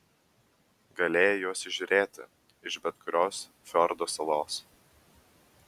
galėjai juos įžiūrėti iš bet kurios fjordo salos